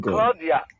Claudia